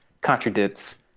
contradicts